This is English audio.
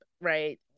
right